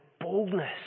boldness